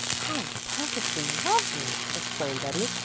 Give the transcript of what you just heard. how perfectly lovely! exclaimed betty.